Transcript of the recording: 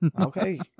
Okay